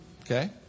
Okay